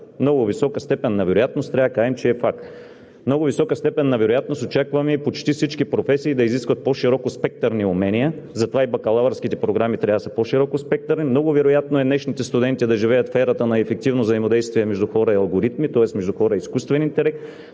много висока степен на вероятност трябва да кажем, че е факт. В много висока степен на вероятност очакваме и почти всички професии да изискват по-широкоспектърни умения, затова и бакалавърските програми трябва да са по-широкоспектърни, много вероятно е днешните студенти да живеят в ерата на ефективно взаимодействие между хора и алгоритми, тоест между хора и изкуствен интелект,